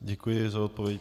Děkuji za odpověď.